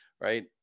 right